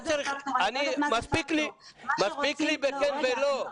מספיק לי בכן ולא.